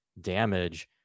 damage